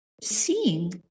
seeing